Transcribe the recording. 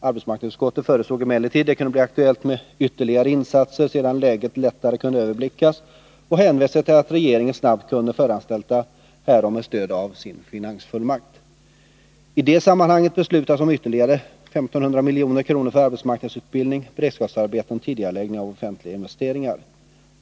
Arbetsmarknadsutskottet förutsåg emellertid att det kunde bli aktuellt med ytterligare insatser sedan läget lättare kunde överblickas och hänvisade till att regeringen snabbt kunde föranstalta härom med stöd av sin finansfullmakt. I det sammanhanget beslutades om ytterligare 1500 milj.kr. för arbetsmarknadsutbildning, beredskapsarbeten och tidigareläggning av offentliga investeringar.